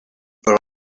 per